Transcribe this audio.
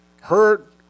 hurt